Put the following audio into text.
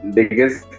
Biggest